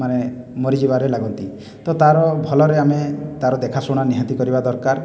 ମାନେ ମରିଯିବାରେ ଲାଗନ୍ତି ତ ତା'ର ଭଲରେ ଆମେ ତା'ର ଦେଖାଶୁଣା ନିହାତି କରିବା ଦରକାର